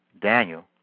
Daniel